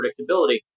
predictability